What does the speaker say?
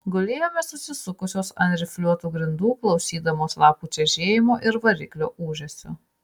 gulėjome susisukusios ant rifliuotų grindų klausydamos lapų čežėjimo ir variklio ūžesio